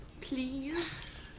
please